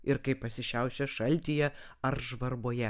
ir kaip pasišiaušia šaltyje ar žvarboje